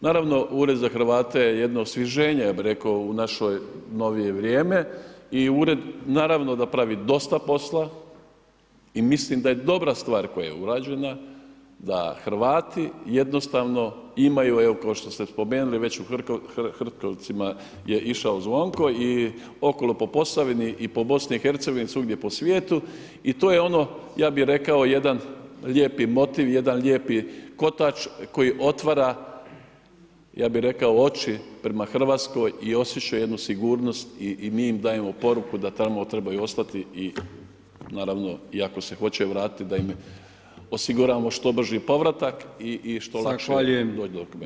Naravno, Ured za Hrvate je jedno osvježenje, ja bih rekao, u naše novije vrijeme i Ured naravno da pravi dosta posla i mislim da je dobra stvar koja je urađena da Hrvati jednostavno imaju, evo kao što ste spomenuli već u Hrtkovcima je išao Zvonko i okolo po Posavini i po BIH, svugdje po svijetu i to je ono, ja bih rekao jedan lijepi motiv, jedan lijepi kotač koji otvara, ja bih rekao oči prema Hrvatskoj i osjeća jednu sigurnost i mi im dajemo poruku da tamo trebaju ostati i naravno, i ako se hoće vratiti da im osiguramo što brži povratak i što lakše ... Hvala.